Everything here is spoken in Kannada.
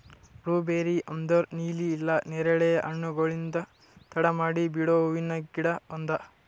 ಬ್ಲೂಬೇರಿ ಅಂದುರ್ ನೀಲಿ ಇಲ್ಲಾ ನೇರಳೆ ಹಣ್ಣುಗೊಳ್ಲಿಂದ್ ತಡ ಮಾಡಿ ಬಿಡೋ ಹೂವಿನ ಗಿಡ ಅದಾ